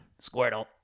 Squirtle